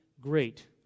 great